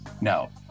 No